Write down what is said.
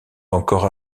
encore